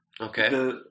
Okay